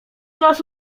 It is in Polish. nas